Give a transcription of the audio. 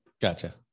Gotcha